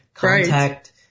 Contact